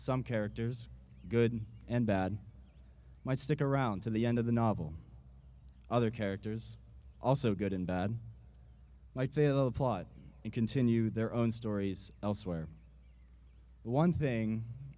some characters good and bad might stick around to the end of the novel other characters also good and bad might fail a plot and continue their own stories elsewhere one thing